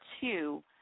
two